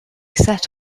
set